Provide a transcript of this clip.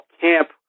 camp